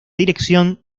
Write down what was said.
dirección